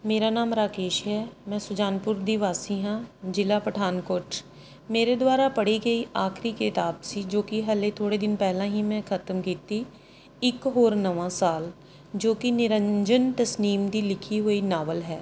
ਮੇਰਾ ਨਾਮ ਰਾਕੇਸ਼ ਹੈ ਮੈਂ ਸੁਜਾਨਪੁਰ ਦੀ ਵਾਸੀ ਹਾਂ ਜ਼ਿਲ੍ਹਾ ਪਠਾਨਕੋਟ ਮੇਰੇ ਦੁਆਰਾ ਪੜ੍ਹੀ ਗਈ ਆਖਰੀ ਕਿਤਾਬ ਸੀ ਜੋ ਕਿ ਹਲੇ ਥੋੜ੍ਹੇ ਦਿਨ ਪਹਿਲਾਂ ਹੀ ਮੈਂ ਖਤਮ ਕੀਤੀ ਇੱਕ ਹੋਰ ਨਵਾਂ ਸਾਲ ਜੋ ਕਿ ਨਿਰੰਜਨ ਤਸਨੀਮ ਦੀ ਲਿਖੀ ਹੋਈ ਨਾਵਲ ਹੈ